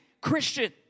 Christian